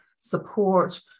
support